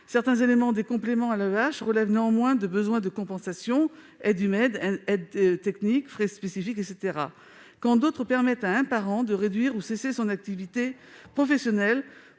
Certains éléments des compléments de l'AEEH relèvent néanmoins de besoins de compensation- aides humaines ou techniques, frais spécifiques ou autres -, quand d'autres permettent à un parent de réduire ou de cesser son activité professionnelle